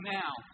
now